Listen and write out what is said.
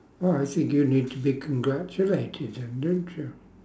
oh I see you need to be congratulated then don't you